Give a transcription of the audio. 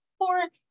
support